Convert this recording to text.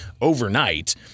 overnight